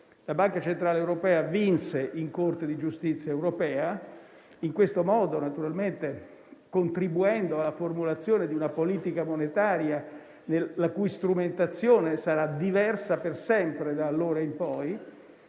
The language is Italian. La Banca centrale europea vinse in Corte di giustizia europea, in questo modo naturalmente contribuendo alla formulazione di una politica monetaria la cui strumentazione sarà diversa per sempre da allora in poi.